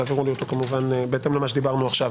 תעבירו לי אותו כמובן בהתאם למה שדיברנו עכשיו.